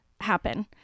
happen